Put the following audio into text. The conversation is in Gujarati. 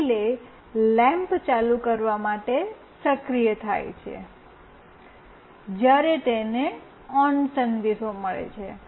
રિલે લૅમ્પ ચાલુ કરવા માટે સક્રિય થાય છે જ્યારે તેને ઓન સંદેશ મળે છે